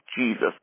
Jesus